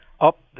up